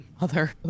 Mother